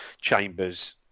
Chambers